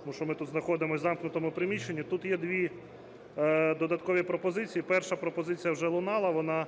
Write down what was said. тому що ми тут знаходимося в замкнутому приміщенні. Тут є дві додаткові пропозиції. Перша пропозиція уже лунала, вона